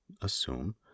assume